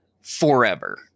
forever